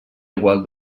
igual